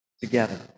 together